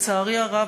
לצערי הרב,